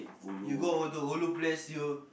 you go to ulu place you